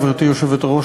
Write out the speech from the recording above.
גברתי היושבת-ראש,